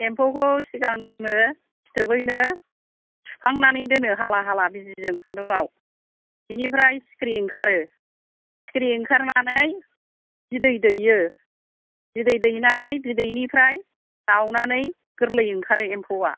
एम्फौखौ सिगां जोङो फिथोबैनो थुखांनानै दोनो हाला हाला बिजिजों खुन्दुङाव बिनिफ्राय सिखिरि ओंखारो सिखिरि ओंखारनानै बिदै दैयो बिदै दैनानै बिदैनिफ्राय गावनानै गोरलै ओंखारो एम्फौआ